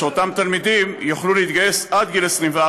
אלא שאותם תלמידים יוכלו להתגייס עד גיל 24